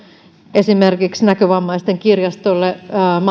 esimerkiksi näkövammaisten kirjastolle